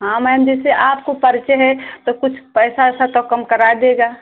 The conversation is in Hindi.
हाँ मैम जैसे आपको परिचय है तो कुछ पैसा वैसा तो कम कराए देगा